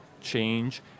change